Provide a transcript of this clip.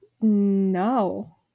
No